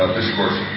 discourse